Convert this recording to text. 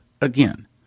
again